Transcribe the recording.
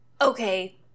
Okay